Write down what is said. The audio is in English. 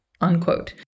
unquote